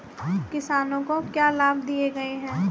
किसानों को क्या लाभ दिए गए हैं?